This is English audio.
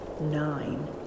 nine